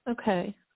Okay